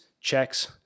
checks